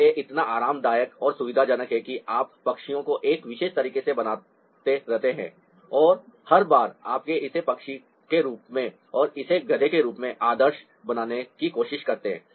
यह इतना आरामदायक और सुविधाजनक है कि आप पक्षियों को एक विशेष तरीके से बनाते रहते हैं और हर बार आप इसे पक्षी के रूप में और इसे गधे के रूप में आदर्श बनाने की कोशिश करते हैं